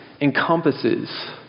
encompasses